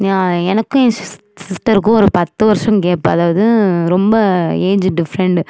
எனக்கும் ஏன் சிஸ் சிஸ்டருக்கும் ஒரு பத்து வருஷம் கேப்பு அதாவது ரொம்ப ஏஜு டிஃப்ரெண்டு